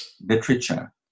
literature